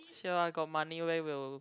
sure I got money where will